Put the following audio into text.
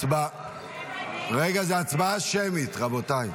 הצבעה על הסתייגות מס' 1. זו הצבעה שמית, רבותיי.